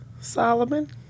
Solomon